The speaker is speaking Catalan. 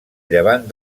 llevant